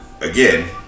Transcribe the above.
Again